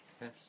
Yes